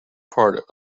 part